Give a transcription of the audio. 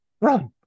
run